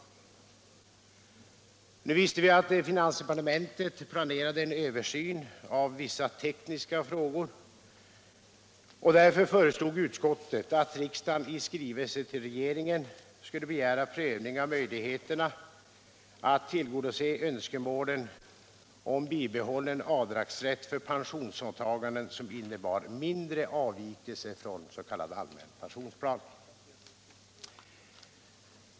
Nu visste vi att finansdepartementet planerade en översyn av vissa tekniska frågor, och därför föreslog utskottet att riksdagen i skrivelse till regeringen skulle begära prövning av möjligheterna att tillgodose önskemålen om bibehållen avdragsrätt för pensionsåtaganden som innebar mindre avvikelse från s.k. allmän pensionsplan.